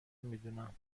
میدونم